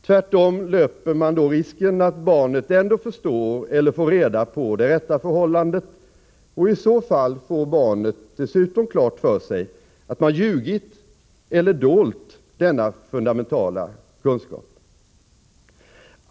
Tvärtom löper man då risken att barnet ändå förstår eller får reda på det rätta förhållandet, och i så fall får barnet dessutom klart för sig att man har ljugit eller dolt denna fundamentala kunskap.